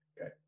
okay